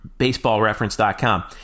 baseballreference.com